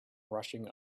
rushing